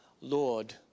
lord